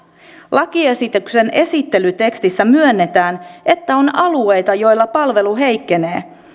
lakiesityksen esittelytekstissä myönnetään että on alueita joilla palvelu heikkenee